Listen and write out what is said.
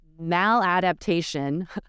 maladaptation